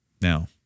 Now